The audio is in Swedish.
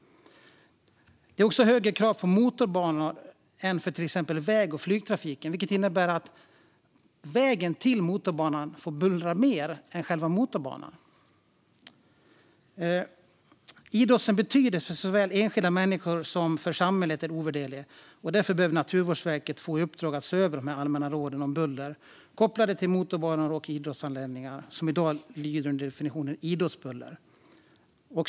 Det är också högre krav för motorbanor än för till exempel väg och flygtrafiken, vilket innebär att vägen till motorbanan får bullra mer än själva motorbanan. Idrottens betydelse för såväl enskilda människor som samhället är ovärderlig. Därför behöver Naturvårdsverket få i uppdrag att se över de allmänna råden om buller kopplade till motorbanor och de idrottsanläggningar som i dag lyder under definitionen industribuller.